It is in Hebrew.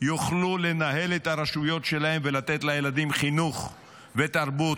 יוכלו לנהל את הרשויות שלהם ולתת לילדים חינוך ותרבות,